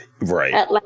Right